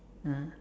ah